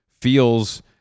feels